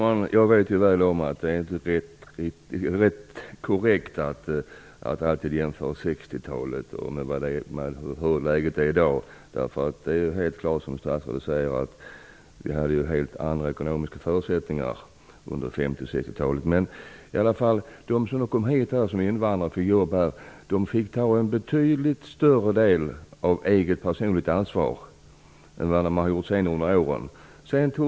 Fru talman! Jag vet mycket väl att det inte är korrekt att alltid jämföra situationen på 60-talet med läget i dag. Det är helt klart så, som statsrådet säger, att vi då hade helt andra ekonomiska förutsättningar under De invandrare som då kom hit och fick jobb fick ta en betydligt större del av eget personligt ansvar än vad de fått göra under de senaste åren.